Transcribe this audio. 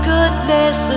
Goodness